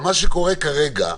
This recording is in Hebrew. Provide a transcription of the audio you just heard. אבל מה שקורה כרגע,